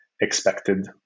expected